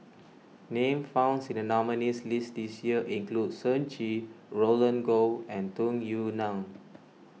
names founds in the nominees' list this year includes Shen Xi Roland Goh and Tung Yue Nang